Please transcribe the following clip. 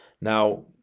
now